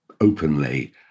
openly